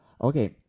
Okay